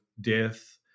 death